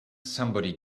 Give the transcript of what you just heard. somebody